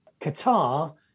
Qatar